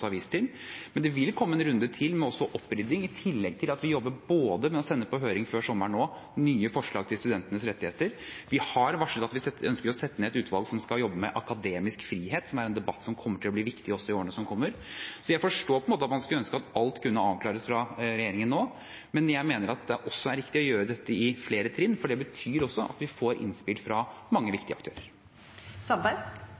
har vist til. Men det vil komme en runde til med opprydding, i tillegg til at vi jobber med å sende nye forslag til studentenes rettigheter på høring før sommeren. Vi har varslet at vi ønsker å sette ned et utvalg som skal jobbe med akademisk frihet, som er en debatt som kommer til å bli viktig i årene som kommer. Så jeg forstår at man ønsker at alt kunne avklares fra regjeringen nå. Men jeg mener det også er riktig å gjøre dette i flere trinn, for det betyr også at vi får innspill fra mange